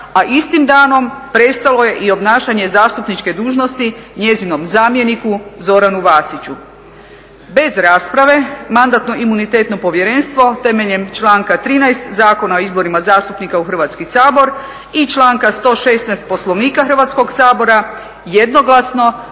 a istim danom prestalo je i obnašanje zastupničke dužnosti njezinom zamjeniku Zoranu Vasiću. Bez rasprave Mandatno-imunitetno povjerenstvo temeljem članka 13. Zakona o izborima zastupnika u Hrvatski sabor i članka 116. Poslovnika Hrvatskog sabora jednoglasno,